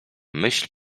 myśl